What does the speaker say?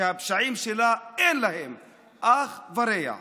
והפשעים שלהם, אין להם אח ורע.